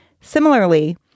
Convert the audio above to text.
Similarly